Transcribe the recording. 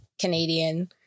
Canadian